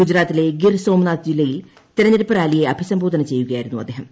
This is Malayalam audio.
ഗുജറാത്തിലെ ഗിർ സോമനാഥ് ജില്ലയിൽ തിരഞ്ഞെടുപ്പ് റാലിയെ അഭിസംബോധന ചെയ്യുകയായിരുന്നു അദ്ദേഹം